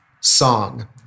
song